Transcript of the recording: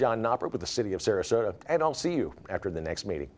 operate with the city of sarasota and i'll see you after the next meeting